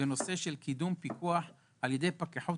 בנושא קידום ופיקוח על ידי פקחי הרשויות,